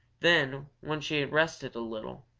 then, when she had rested a little,